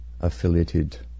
affiliated